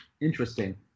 Interesting